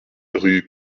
rue